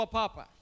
papa